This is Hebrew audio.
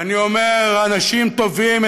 ואני אומר: אנשים טובים,